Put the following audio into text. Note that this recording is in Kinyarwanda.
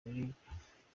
biribwa